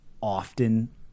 often